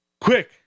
quick